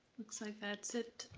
looks like that's it,